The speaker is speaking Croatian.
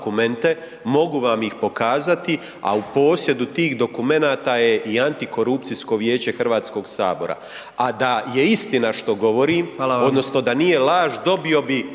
mogu vam ih pokazati, a u posjedu tih dokumenata je i Antikorupcijsko vijeće HS-a. A da je istina što govorim odnosno da nije laž dobio bi